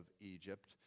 Egypt